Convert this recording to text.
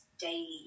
daily